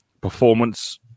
performance